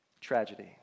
Tragedy